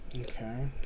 Okay